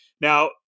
Now